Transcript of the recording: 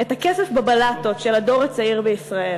את הכסף בבלטות של הדור הצעיר בישראל,